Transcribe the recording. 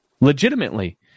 legitimately